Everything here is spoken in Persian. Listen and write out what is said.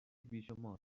بیشمار